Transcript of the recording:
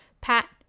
pat